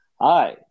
Hi